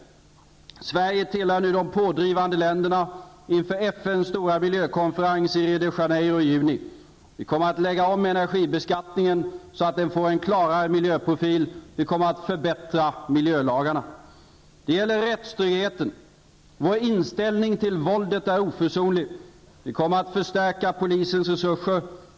Sverige tillhör nu de pådrivande länderna inför FN:s stora miljökonferens i Rio de Janeiro i juni. Vi kommer att lägga om energibeskattningen så att den får en klarare miljöprofil. Vi kommer att förbättra miljölagarna. Det gäller rättstryggheten. Vår inställning till våldet är oförsonlig. Vi kommer att stärka polisens resurser.